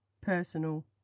personal